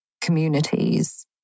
communities